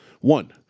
One